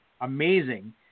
amazing